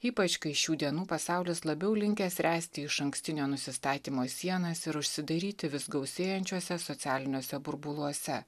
ypač kai šių dienų pasaulis labiau linkęs ręsti išankstinio nusistatymo sienas ir užsidaryti vis gausėjančiuose socialiniuose burbuluose